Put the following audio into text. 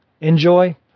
enjoy